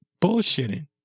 bullshitting